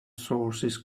sources